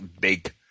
big